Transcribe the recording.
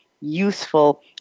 useful